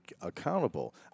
accountable